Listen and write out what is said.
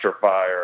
fire